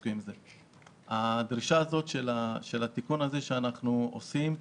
הדרישה של התיקון הזה שאנחנו עושים,